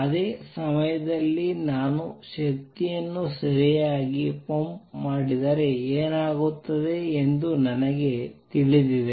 ಅದೇ ಸಮಯದಲ್ಲಿ ನಾನು ಶಕ್ತಿಯನ್ನು ಸರಿಯಾಗಿ ಪಂಪ್ ಮಾಡಿದರೆ ಏನಾಗುತ್ತದೆ ಎಂದು ನನಗೆ ತಿಳಿದಿದೆ